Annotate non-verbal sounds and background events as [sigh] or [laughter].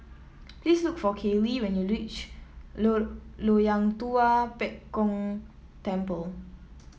[noise] please look for Kailey when you reach [unintelligible] Loyang Tua Pek Kong Temple